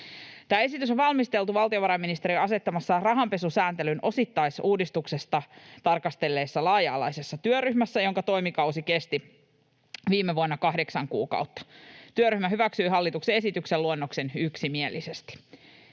Tämä esitys on valmisteltu valtiovarainministeriön asettamassa, rahanpesusääntelyn osittaisuudistusta tarkastelleessa laaja-alaisessa työryhmässä, jonka toimikausi kesti viime vuonna kahdeksan kuukautta. Työryhmä hyväksyy hallituksen esityksen luonnoksen yksimielisesti.